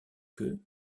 queue